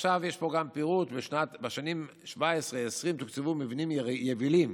עכשיו יש פה גם פירוט: בשנים 2017 2020 תוקצבו מבנים יבילים,